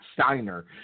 Steiner